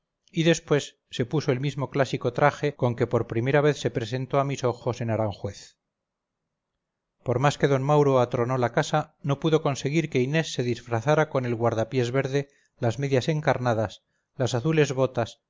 y después se puso el mismo clásico traje con que por primera vez se presentó a mis ojos en aranjuez por más que d mauro atronó la casa no pudo conseguir que inés se disfrazara con el guardapiés verde las medias encarnadas las azules botas